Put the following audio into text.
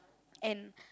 and